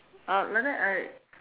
uh like that I